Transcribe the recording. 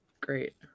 great